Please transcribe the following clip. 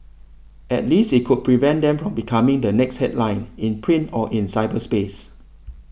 at least it could prevent them from becoming the next headline in print or in cyberspace